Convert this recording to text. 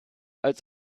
als